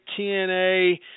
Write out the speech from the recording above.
TNA